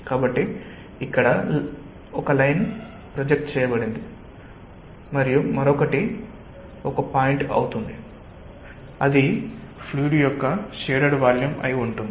కాబట్టి ఒక లైన్ ఇక్కడ ప్రొజెక్ట్ చేయబడింది మరియు మరొకటి ఒక పాయింట్ అవుతుంది మరియు అది ఫ్లూయిడ్ యొక్క షేడెడ్ వాల్యూమ్ అయి ఉంటుంది